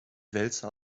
wälzer